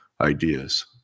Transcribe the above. ideas